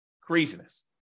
Craziness